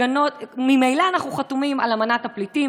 וממילא אנחנו חתומים על אמנת הפליטים